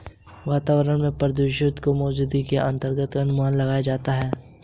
वातावरण में वाष्पकणों की मौजूदगी से आद्रता का अनुमान लगाया जाता है